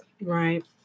Right